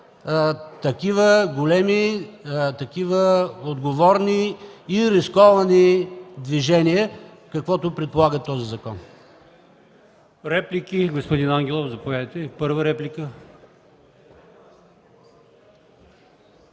такива големи, такива отговорни и рисковани движения, каквото предполага този закон.